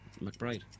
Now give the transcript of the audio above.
McBride